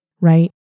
right